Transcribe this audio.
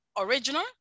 original